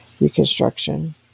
reconstruction